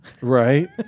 Right